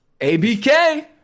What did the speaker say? ABK